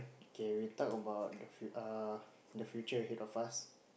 okay we talk about the err the future ahead of us